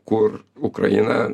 kur ukraina